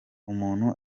umuntu